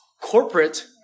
corporate